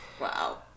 Wow